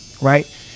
right